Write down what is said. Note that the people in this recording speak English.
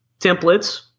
templates